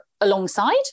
alongside